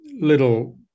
Little